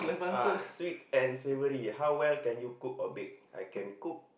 ah sweet and savoury how well can you cook or bake I can cook